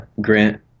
Grant